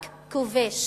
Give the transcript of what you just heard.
רק כובש